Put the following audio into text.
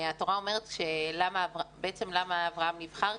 התורה אומרת, בעצם למה אברהם נבחר?